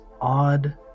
odd